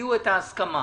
ותביאו את ההסכמה